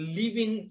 living